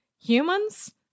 humans